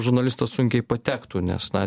žurnalistas sunkiai patektų nes na